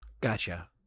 Gotcha